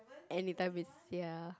anytime is ya